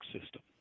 system